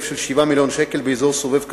של כ-7 מיליוני שקלים באזור סובב קזנובה,